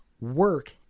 work